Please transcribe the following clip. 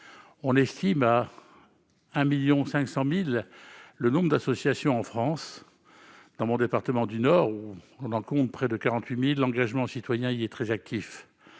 On estime à 1,5 million le nombre d'associations en France. Dans le département dont je suis élu, le Nord, où l'on en compte près de 48 000, l'engagement citoyen est très actif.